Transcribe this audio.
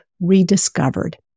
rediscovered